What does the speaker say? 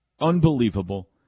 unbelievable